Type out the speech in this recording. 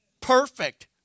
Perfect